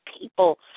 people